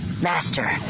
Master